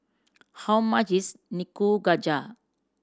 how much is Nikujaga